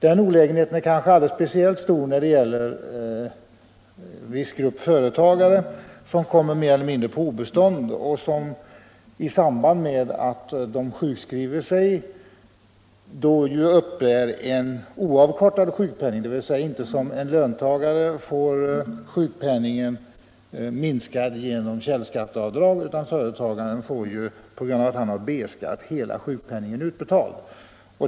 Den olägenheten är kanske speciellt stor när det gäller en viss grupp företagare som kommit mer eller mindre på obestånd och som i samband med att de sjukskriver sig uppbär en oavkortad sjukpenning, dvs. de får inte såsom en löntagare sjukpenningen minskad genom källskatteavdrag. Företagaren får, på grund av att han har B-skatt, hela sjukpenningen utbetald.